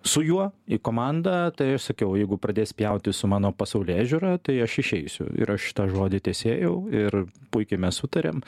su juo į komandą tai aš sakiau jeigu pradės pjautis su mano pasaulėžiūra tai aš išeisiu ir aš tą žodį tesėjau ir puikiai mes sutariam